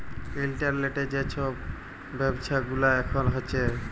ইলটারলেটে যে ছব ব্যাব্ছা গুলা এখল হ্যছে